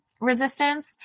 resistance